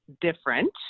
different